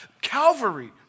Calvary